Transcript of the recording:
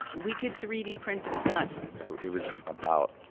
we could three d print a gun yeah. it was about,